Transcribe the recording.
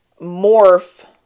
morph